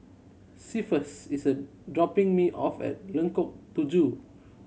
is dropping me off at Tujuh